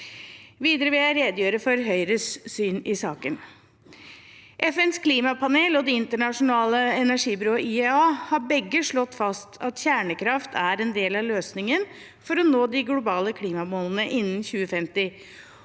Videre vil jeg redegjøre for Høyres syn i saken. FNs klimapanel og Det internasjonale energibyrået, IEA, har begge slått fast at kjernekraft er en del av løsningen for å nå de globale klimamålene innen 2050.